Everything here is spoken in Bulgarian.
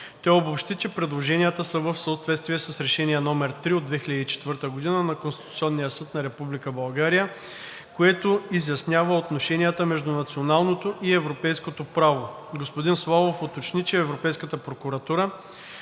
Той обобщи, че предложенията са в съответствие с Решение № 3 от 2004 г. на Конституционния съд на Република България, което изяснява отношенията между националното и европейското право. Господин Славов уточни, че Европейската прокуратура